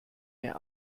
mehr